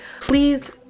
please